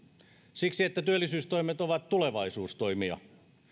siksi että työllisyystoimet ovat tulevaisuustoimia